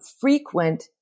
frequent